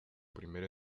primer